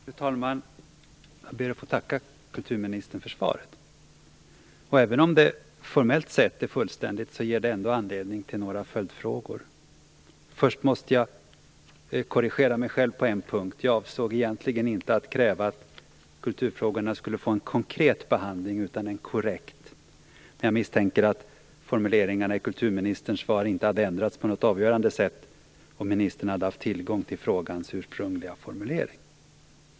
Fru talman! Jag ber att få tacka kulturministern för svaret. Även om det formellt sett är fullständigt, ger det ändå anledning till några följdfrågor. Först måste jag korrigera mig själv på en punkt. Jag avsåg egentligen inte att kräva att kulturfrågorna skulle få en konkret behandling, utan en korrekt. Jag misstänker att formuleringarna i kulturministerns svar inte hade ändrats på något avgörande sätt om ministern hade haft tillgång till frågans ursprungliga formulering.